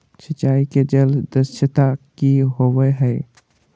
सिंचाई के जल दक्षता कि होवय हैय?